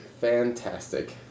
Fantastic